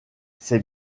c’est